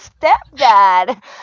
stepdad